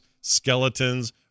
skeletons